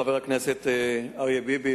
חבר הכנסת אריה ביבי,